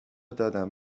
دادم